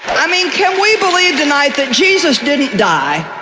i mean, can we believe tonight that jesus didn't die